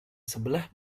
sebelah